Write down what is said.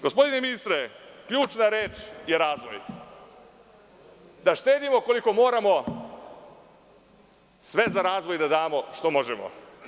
Gospodine ministre, ključna reč je razvoj, da štedimo koliko moramo, sve za razvoj da damo što možemo.